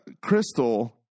Crystal